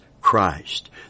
Christ